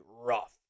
rough